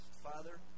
Father